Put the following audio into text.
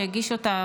שהגיש אותה,